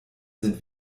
sind